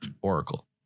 Oracle